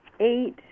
Eight